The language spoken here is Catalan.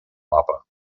mapa